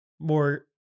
more